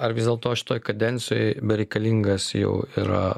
ar vis dėlto šitoj kadencijoj bereikalingas jau yra